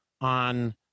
on